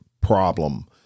problem